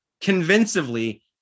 convincingly